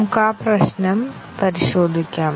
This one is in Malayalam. നമുക്ക് ആ പ്രശ്നം പരിശോധിക്കാം